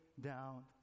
down